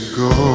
go